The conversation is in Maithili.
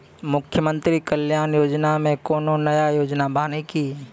मुख्यमंत्री कल्याण योजना मे कोनो नया योजना बानी की?